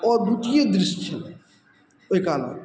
अद्वितीय दृश्य छै ओइ कालक